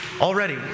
Already